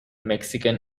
mexican